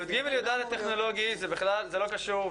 לא, י"ג, י"ד טכנולוגי זה לא קשור.